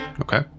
Okay